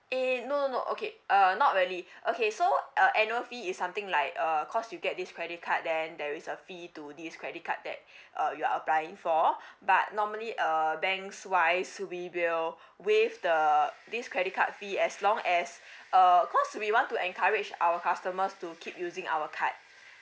eh no no no okay uh not really okay so uh annual fee is something like uh cause you get this credit card then there is a fee to this credit card that uh you are applying for but normally uh banks wise we will waive the this credit card fee as long as uh cause we want to encourage our customers to keep using our card